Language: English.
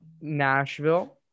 Nashville